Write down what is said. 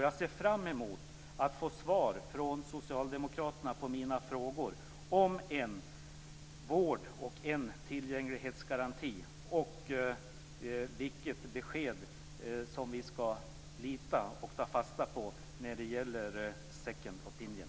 Jag ser fram emot att få svar från socialdemokraterna på mina frågor om en vårdgaranti och en tillgänglighetsgaranti, och om vilket besked som vi skall lita till och ta fasta på när det gäller second opinion.